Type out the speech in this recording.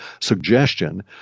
suggestion